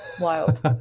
Wild